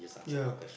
ya